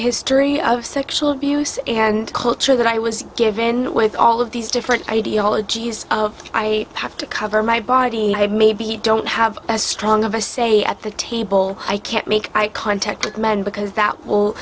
history of sexual abuse and culture that i was given with all of these different ideologies of i have to cover my body maybe don't have as strong of a say at the table i can't make eye contact with men because that will